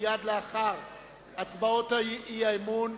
מייד לאחר הצבעות האי-אמון,